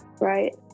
right